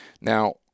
Now